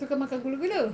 suka makan gula-gula